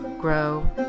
grow